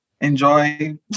enjoy